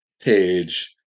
page